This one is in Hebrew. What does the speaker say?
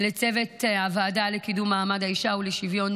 לצוות הוועדה לקידום מעמד האישה ולשוויון